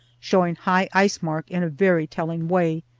showing high-ice mark in a very telling way,